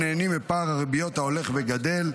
הם נהנים מפער הריביות ההולך וגדל.